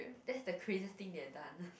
that's the craziest thing you've done